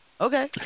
okay